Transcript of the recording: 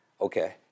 Okay